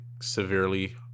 severely